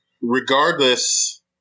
regardless